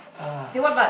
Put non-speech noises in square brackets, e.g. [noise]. uh [breath]